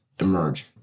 emerge